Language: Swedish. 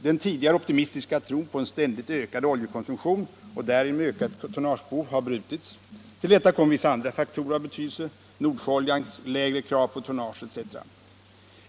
Den tidigare optimistiska tron på en ständigt ökad oljekonsumtion och därigenom ökat tonnagebehov har brutits. Till detta kommer vissa andra faktorer av betydelse, t.ex. Nordsjöoljans lägre krav på tonnage.